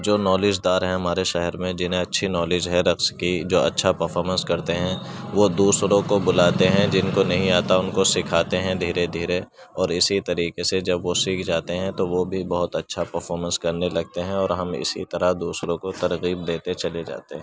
جو نالج دار ہیں ہمارے شہر میں جنہیں اچھی نالج ہے رقص کی جو اچھا پرفارمنس کرتے ہیں وہ دوسروں کو بلاتے ہیں جن کو نہیں آتا ان کو سکھاتے ہیں دھیرے دھیرے اور اسی طریقے سے جب وہ سیکھ جاتے ہیں تو وہ بھی بہت اچھا پرفارمنس کرنے لگتے ہیں اور ہم اسی طرح دوسروں کو ترغیب دیتے چلے جاتے ہیں